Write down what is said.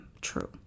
true